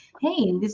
hey